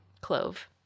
clove